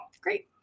Great